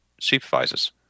supervisors